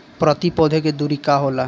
प्रति पौधे के दूरी का होला?